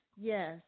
yes